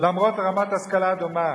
למרות רמת השכלה דומה?